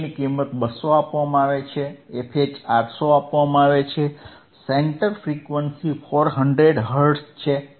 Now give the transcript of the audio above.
fL ની કિંમત 200 આપવામાં આવે છે fH 800 આપવામાં આવે છે સેન્ટર ફ્રીક્વન્સી 400 હર્ટ્ઝ છે